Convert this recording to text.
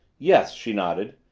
yes. she nodded.